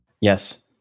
yes